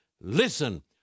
Listen